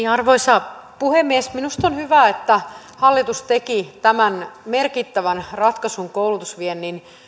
arvoisa puhemies minusta on hyvä että hallitus teki tämän merkittävän ratkaisun koulutusviennin